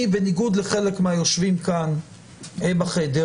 אני בניגוד לחלק מהיושבים כאן בחדר,